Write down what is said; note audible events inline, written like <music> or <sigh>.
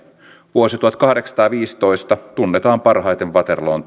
vuosi tuhatkahdeksansataaviisitoista tunnetaan parhaiten waterloon <unintelligible>